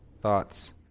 Thoughts